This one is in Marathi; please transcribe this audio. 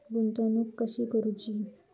गुंतवणूक कशी करूची?